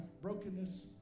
brokenness